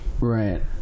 right